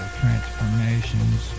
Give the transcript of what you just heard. transformations